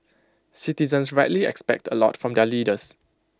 citizens rightly expect A lot from their leaders